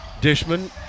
Dishman